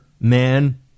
man